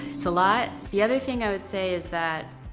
it's a lot. the other thing i would say is that,